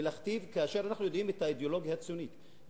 כאשר אנחנו יודעים את האידיאולוגיה הציונית,